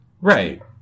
Right